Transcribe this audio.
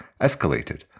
escalated